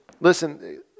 Listen